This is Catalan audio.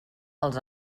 els